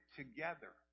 together